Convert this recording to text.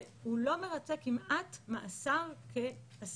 והוא לא מרצה כמעט מאסר כאסיר.